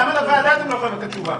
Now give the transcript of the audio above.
למה לוועדה אתם לא יכולים לתת תשובה?